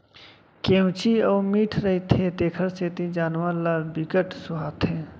केंवची अउ मीठ रहिथे तेखर सेती जानवर ल बिकट सुहाथे